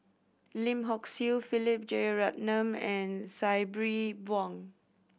Lim Hock Siew Philip Jeyaretnam and Sabri Buang